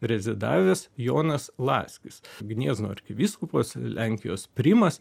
rezidavęs jonas laskis gniezno arkivyskupas lenkijos primas